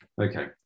Okay